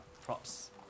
props